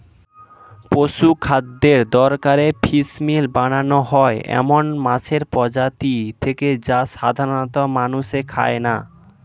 পশুখাদ্যের দরকারে ফিসমিল বানানো হয় এমন মাছের প্রজাতি থেকে যা সাধারনত মানুষে খায় না